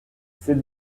c’est